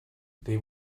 they